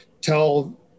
tell